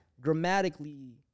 grammatically